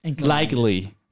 likely